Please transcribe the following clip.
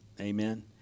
Amen